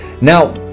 now